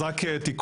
אז רק תיקון,